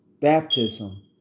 baptism